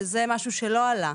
שזה משהו שלא עלה,